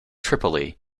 tripoli